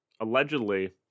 allegedly